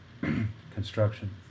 Construction